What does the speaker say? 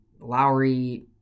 Lowry